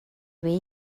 way